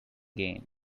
gain